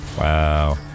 Wow